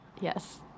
Yes